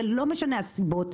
ולא משנה הסיבות,